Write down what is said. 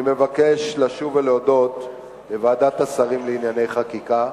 אני מבקש לשוב ולהודות לוועדות השרים לענייני חקיקה,